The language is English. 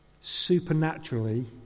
supernaturally